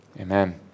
Amen